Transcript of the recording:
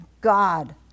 God